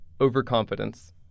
overconfidence